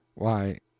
why,